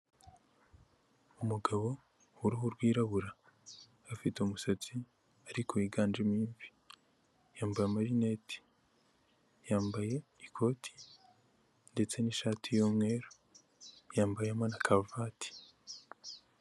Umugabo w'uruhu rwirabura afite umusatsi ariko yiganjemo imvi. Yambaye amarinete, yambaye ikoti ndetse n'ishati y'umweru, yambayemo na karuvati.